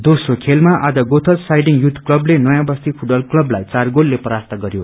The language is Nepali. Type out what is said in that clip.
दोस्रो खेलामा आज गोथल्स साईडिंग युथ क्लबले नयाँ बस्ती फूटबल क्लबलाई चार गोलले परास्त गरयो